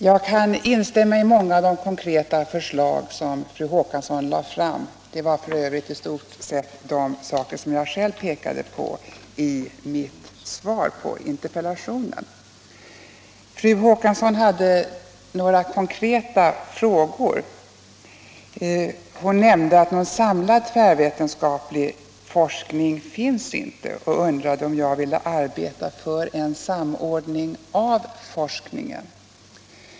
Jag kan instämma i många av de konkreta förslag som fru Håkansson lade fram; det var f.ö. i stort sett de saker som jag själv pekade på i mitt svar på interpellationen. Fru Håkansson ställde några konkreta frågor. Hon nämnde att det inte finns någon samlad tvärvetenskaplig forskning och undrade om jag ville arbeta för en samordning av forskningen.